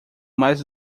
mais